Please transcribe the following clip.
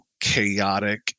chaotic